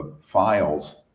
files